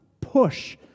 push